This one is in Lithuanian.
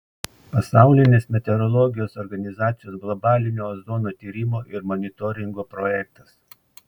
pasaulinės meteorologijos organizacijos globalinio ozono tyrimo ir monitoringo projektas